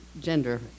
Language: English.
gender